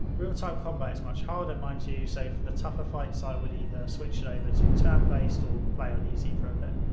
real time um but is much harder mind you, so for the tougher fights i would either switch it over to turn-based or play on easy for a bit.